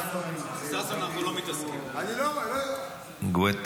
ההצעה להעביר את הנושא לוועדת הכלכלה